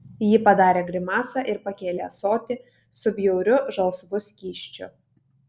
ji padarė grimasą ir pakėlė ąsotį su bjauriu žalsvu skysčiu